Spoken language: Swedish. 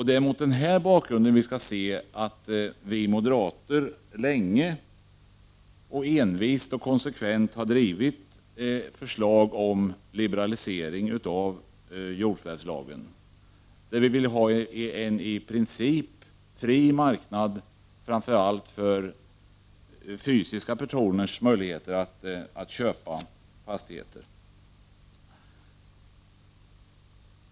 Det är mot den bakgrunden man skall se att vi moderater länge, envist och konsekvent har drivit förslag om liberalisering av jordförvärvslagen. Vi vill ha en i princip fri marknad, framför allt för fysiska personers möjligheter att köpa fastigheter.